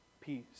peace